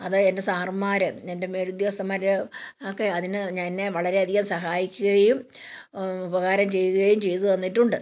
അത് എൻ്റെ സാറന്മാർ എൻ്റെ മേൽ ഉദ്യോഗസ്ഥന്മാർ ഒക്കെ അതിന് എന്നെ വളരെയധികം സഹായിക്കുകയും ഉപകാരം ചെയ്യുകയും ചെയ്തു തന്നിട്ടുണ്ട്